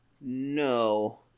No